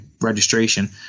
registration